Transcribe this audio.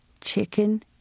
chicken